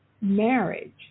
marriage